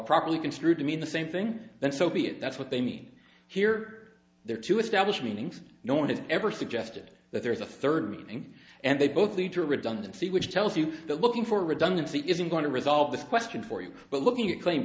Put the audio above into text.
properly construed to mean the same thing then so be it that's what they mean here they're to establish meanings no one has ever suggested that there is a third meaning and they both lead to redundancy which tells you that looking for redundancy isn't going to resolve this question for you but looking at claim